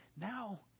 now